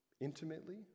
intimately